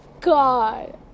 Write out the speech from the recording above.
God